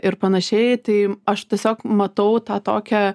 ir panašiai tai aš tiesiog matau tą tokią